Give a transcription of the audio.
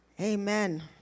amen